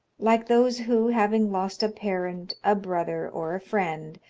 like those who, having lost a parent, a brother, or a friend,